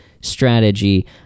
strategy